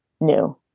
new